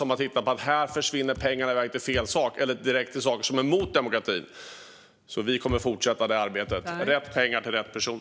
Man har kunnat se att pengar försvinner i väg till fel sak eller rent av till sådant som är mot demokratin. Vi kommer att fortsätta det arbetet. Rätt pengar ska gå till rätt person.